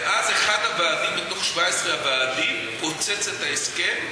ואז אחד הוועדים, מתוך 17 הוועדים, פוצץ את ההסכם.